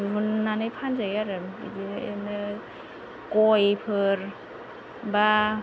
दिहुननानै फानजायो आरो बिदिनो गयफोर बा